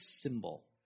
symbol